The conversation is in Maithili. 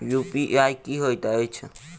यु.पी.आई की होइत अछि